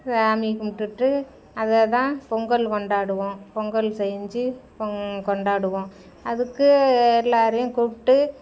சாமி கும்பிடுட்டு அதை தான் பொங்கல் கொண்டாடுவோம் பொங்கல் செஞ்சு பொங் கொண்டாடுவோம் அதுக்கு எல்லாரையும் கூப்பிட்டு